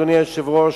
אדוני היושב-ראש,